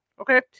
Okay